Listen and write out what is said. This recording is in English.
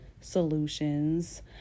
solutions